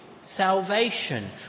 salvation